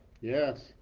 Yes